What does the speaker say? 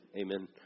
Amen